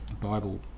Bible